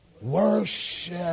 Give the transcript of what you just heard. Worship